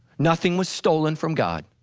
nothing was stolen from god,